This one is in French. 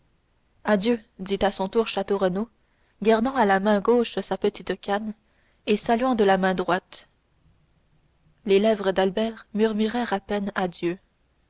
adieu dit à son tour château renaud gardant à la main gauche sa petite canne et saluant de la main droite les lèvres d'albert murmurèrent à peine adieu